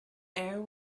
air